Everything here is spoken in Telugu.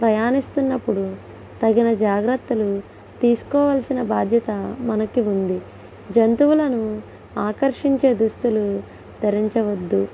ప్రయాణిస్తున్నప్పుడు తగిన జాగ్రత్తలు తీసుకోవాల్సిన బాధ్యత మనకి ఉంది జంతువులను ఆకర్షించే దుస్తులు ధరించవద్దు